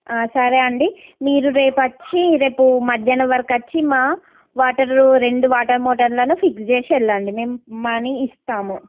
సరే అండి మీరు రేపొచ్చి రేపు మధ్యానం వరకొచ్చి మా వాటర్లు రెండు వాటర్ మోటర్లను ఫిక్స్ చేసి వెళ్ళండి మేం మనీ ఇస్తాము